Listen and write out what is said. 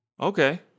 Okay